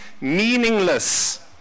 meaningless